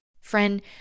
Friend